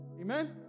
Amen